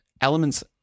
elements